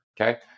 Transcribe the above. okay